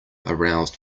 aroused